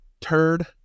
Turd